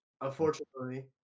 unfortunately